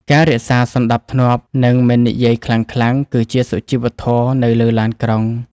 ការរក្សាសណ្តាប់ធ្នាប់ និងមិននិយាយខ្លាំងៗ គឺជាសុជីវធម៌នៅលើឡានក្រុង។